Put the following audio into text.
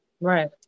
Right